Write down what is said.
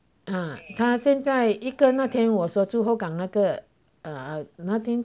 啊他现在一个那天我说住后港那个 err 那天